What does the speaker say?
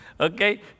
Okay